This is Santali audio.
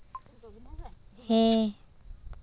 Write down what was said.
ᱦᱮᱸ